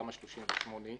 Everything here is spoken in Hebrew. תמ"א 38,